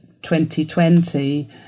2020